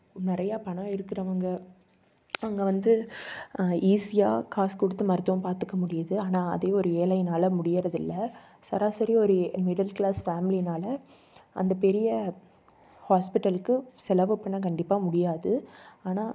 நிறையா பணம் இருக்கிறவங்க அங்கே வந்து ஈஸியாக காசு கொடுத்து மருத்துவம் பார்த்துக்க முடியுது ஆனால் அதே ஒரு ஏழையினால முடிகிறதில்ல சராசரி ஒரு மிடில் க்ளாஸ் ஃபேம்லின்னால் அந்த பெரிய ஹாஸ்பிட்டலுக்கு செலவு பண்ண கண்டிப்பாக முடியாது ஆனால்